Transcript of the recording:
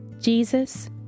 Jesus